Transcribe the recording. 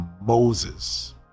Moses